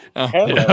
Hello